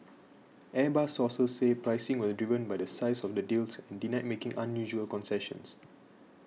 Airbus sources said pricing was driven by the size of the deals and denied making unusual concessions